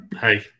Hey